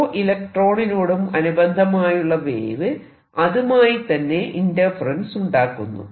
ഓരോ ഇലക്ട്രോണിനോടും അനുബന്ധമായുള്ള വേവ് അതുമായി തന്നെ ഇന്റർഫെറെൻസ് ഉണ്ടാക്കുന്നു